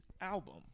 album